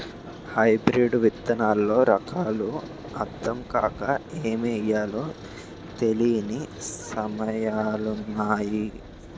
hybrid విత్తనాల్లో రకాలు అద్దం కాక ఏమి ఎయ్యాలో తెలీని సమయాలున్నాయి